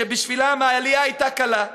שבשבילם העלייה הייתה קלה.